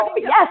Yes